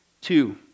Two